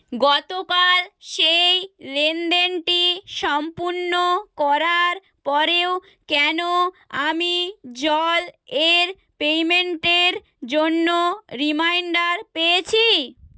গতকাল সেই লেনদেনটি সম্পূর্ণ করার পরেও কেন আমি জল এর পেমেন্টের জন্য রিমাইন্ডার পেয়েছি